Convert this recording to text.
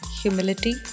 humility